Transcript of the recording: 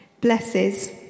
blesses